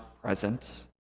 present